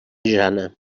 jana